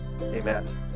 Amen